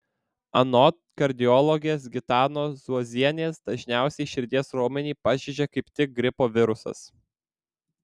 anot kardiologės gitanos zuozienės dažniausiai širdies raumenį pažeidžia kaip tik gripo virusas